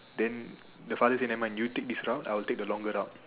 then the father say never mind you take this route I'll take the longer route